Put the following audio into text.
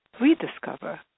rediscover